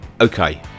Okay